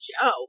Joe